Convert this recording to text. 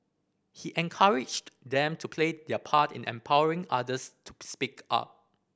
he encouraged them to play their part in empowering others to speak up